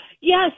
yes